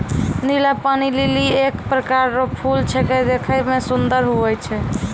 नीला पानी लीली एक प्रकार रो फूल छेकै देखै मे सुन्दर हुवै छै